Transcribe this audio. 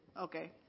okay